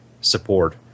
support